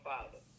Father